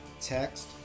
text